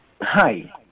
Hi